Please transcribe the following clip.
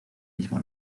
mismo